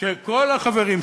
שכל החברים,